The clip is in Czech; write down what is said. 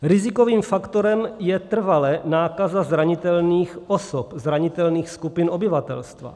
Rizikovým faktorem je trvale nákaza zranitelných osob, zranitelných skupin obyvatelstva.